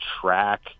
track